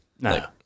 No